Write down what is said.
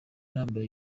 nambaye